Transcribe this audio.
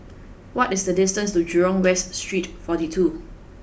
what is the distance to Jurong West Street forty two